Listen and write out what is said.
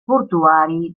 portuari